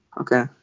okay